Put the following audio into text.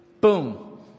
Boom